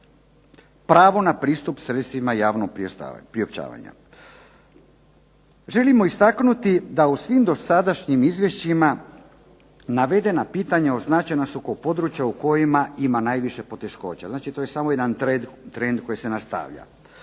pravo na pristup sredstvima javnog priopćavanja. Želimo istaknuti da u svim dosadašnjim izvješćima navedena pitanja naznačena su kao područja u kojima ima najviše poteškoća. Znači to je samo jedan trend koji se nastavlja.